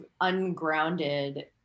ungrounded